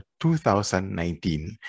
2019